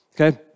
okay